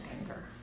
anger